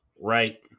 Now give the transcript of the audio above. Right